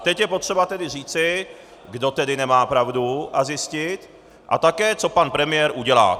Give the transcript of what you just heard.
Teď je potřeba tedy říci, kdo nemá pravdu, a zjistit, a také co pan premiér udělá.